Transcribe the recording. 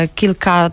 kilka